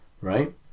Right